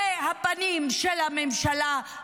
זה הפנים של הממשלה -- עבר הזמן.